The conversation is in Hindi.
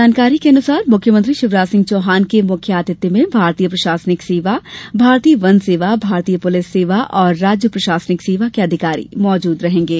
जानकारी के अनुसार मुख्यमंत्री शिवराज सिंह चौहान के मुख्य आतिथ्य में भारतीय प्रशासनिक सेवा भारतीय वन सेवा भारतीय पुलिस सेवा और राज्य प्रशासनिक सेवा के अधिकारी उपस्थित रहेगें